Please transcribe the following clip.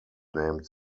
named